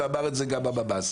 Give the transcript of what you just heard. ואמר את זה גם הממ"ז.